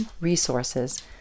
resources